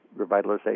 Revitalization